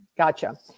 Gotcha